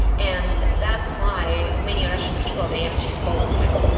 and that's why many russian people, they actually follow him,